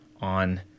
on